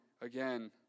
again